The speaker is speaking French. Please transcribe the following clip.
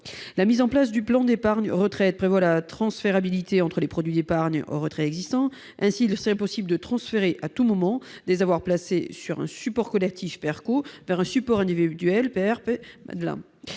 la mise en place du plan d'épargne retraite, est prévue la transférabilité entre les produits d'épargne retraite existants. Ainsi, il serait possible de transférer à tout moment des avoirs placés sur un support collectif, tel le PERCO, vers un support individuel,